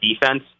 defense